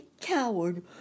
coward